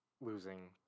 Losing